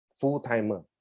full-timer